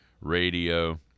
Radio